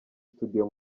studio